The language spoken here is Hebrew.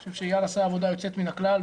אני חושב שאיל עשה עבודה יוצאת מן הכלל,